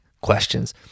questions